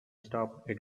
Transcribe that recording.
stopped